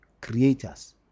creators